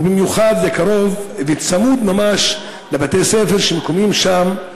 ובמיוחד זה קרוב וצמוד ממש לבתי-ספר שממוקמים שם,